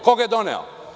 Ko ga je doneo?